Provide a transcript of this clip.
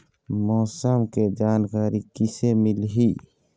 मौसम के जानकारी किसे मिलही?